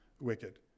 wicked